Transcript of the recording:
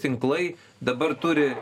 tinklai dabar turi